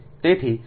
તેથી જો તે છે